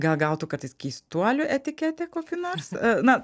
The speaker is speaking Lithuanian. gal gautų kartais keistuolių etiketę kokią nors na